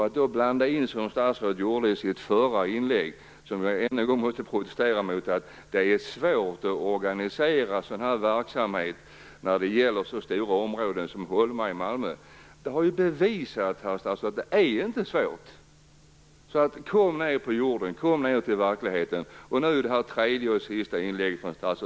Att då, som statsrådet gjorde i sitt förra inlägg, blanda in att det är svårt att organisera en sådan verksamhet i så stora områden som Holma i Malmö måste jag protestera emot. Det har ju bevisats, herr statsråd, att det inte är svårt. Kom ned på jorden! Kom ned till verkligheten! Statsrådet har ju ett tredje och sista inlägg.